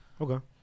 Okay